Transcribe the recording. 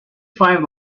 five